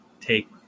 take